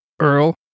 Earl